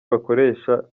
bakoresha